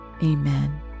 Amen